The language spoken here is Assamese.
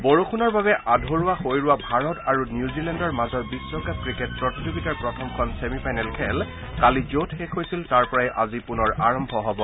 বৰষূণৰ বাবে আধৰুৱা হৈ ৰোৱা ভাৰত আৰু নিউজিলেণ্ডৰ মাজৰ বিশ্বকাপ ক্ৰিকেট প্ৰতিযোগিতাৰ প্ৰথমখন ছেমিফাইনেল খেল কালি যত শেষ হৈছিল তাৰ পৰাই আজি পুনৰ আৰম্ভ হ'ব